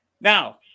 Now